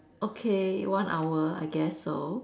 okay one hour I guess so